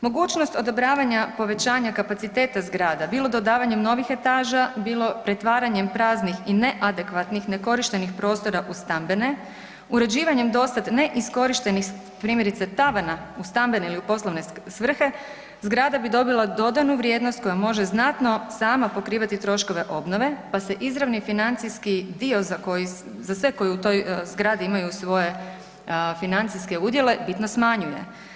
Mogućnost odobravanja povećanja kapaciteta zgrada bilo dodavanjem novih etaža, bilo pretvaranjem praznih i neadekvatnih nekorištenih prostora u stambene, uređivanjem dosad neiskorištenih primjerice tavana u stambene ili u poslovne svrhe, zgrada bi dobila dodanu vrijednost kojom može znatno sama pokrivati troškove obnove pa se izravni financijski dio za koji, za sve koji u toj zgradi imaju svoje financijske udjele smanjuje.